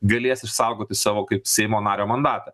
galės išsaugoti savo kaip seimo nario mandatą